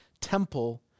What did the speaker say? temple